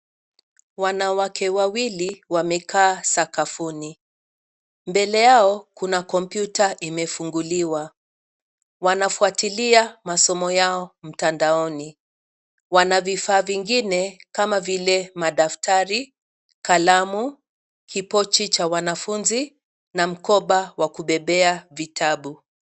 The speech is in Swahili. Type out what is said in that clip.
Wanawake wawili wamekaa sakafuni. Mbele yao kuna kompyuta imefunguliwa. Wanafuatilia masomo yao mtandaoni. Wana vifaa vingine kama vile madaftari, kalamu, kipochi cha wanafunzi na mkoba wa kubebea vitabu.